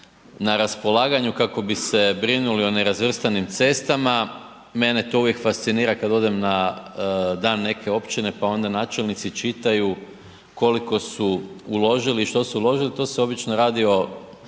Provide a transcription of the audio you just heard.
na raspolaganju kako bi se brinuli o nerazvrstanim cestama, mene to uvijek fascinira kad odem na dan neke općine, pa onda načelnici čitaju koliko su uložili i što su uložili, tu se obično radi o